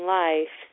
life